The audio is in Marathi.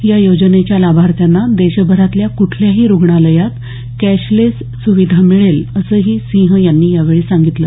या योजनेच्या लाभार्थ्यांना देशभरातल्या कुठल्याही रुग्णालयात कॅशलेस सुविधा मिळेल असंही सिंह यांनी यावेळी सांगितलं